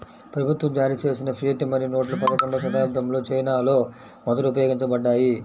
ప్రభుత్వం జారీచేసిన fiat money నోట్లు పదకొండవ శతాబ్దంలో చైనాలో మొదట ఉపయోగించబడ్డాయి